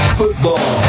football